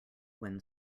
when